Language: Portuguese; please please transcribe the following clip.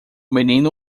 menino